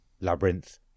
labyrinth